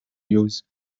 use